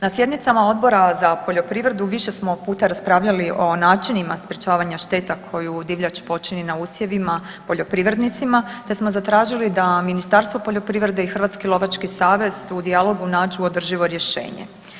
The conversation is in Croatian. Na sjednicama Odbora za poljoprivredu više smo puta raspravljali o načinima sprečavanja šteta koju divljač počini na usjevima poljoprivrednicima te smo zatražili da Ministarstvo poljoprivrede i Hrvatski lovački savez u dijalogu nađu održivo rješenje.